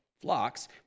flocks